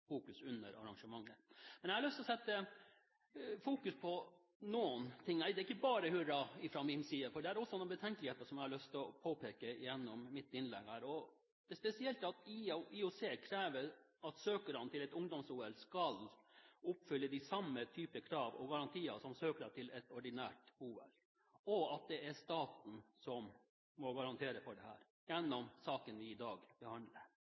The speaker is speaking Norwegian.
Men jeg har lyst til å sette noe i fokus. Det er ikke bare hurra fra min side, det er også noen betenkeligheter som jeg har lyst til å påpeke i mitt innlegg. Det er spesielt at IOC krever at søkerne til et ungdoms-OL skal oppfylle de samme typer krav og garantier som søkere til et ordinært OL, og at det er staten som må garantere for dette – gjennom saken vi i dag behandler.